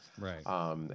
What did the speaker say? Right